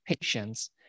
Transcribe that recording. patience